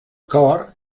cor